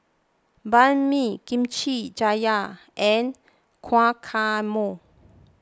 Banh Mi Kimchi Jjigae and Guacamole